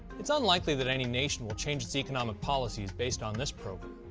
it's unlikely that any nation will change its economic policies based on this program.